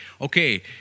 okay